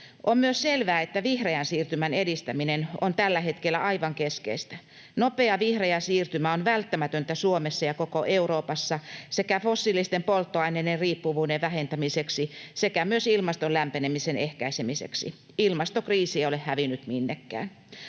On myös selvää, että vihreän siirtymän edistäminen on tällä hetkellä aivan keskeistä. Nopea vihreä siirtymä on välttämätöntä Suomessa ja koko Euroopassa sekä fossiilisten polttoaineiden riippuvuuden vähentämiseksi että myös ilmaston lämpenemisen ehkäisemiseksi, ilmastokriisi ei ole hävinnyt minnekään.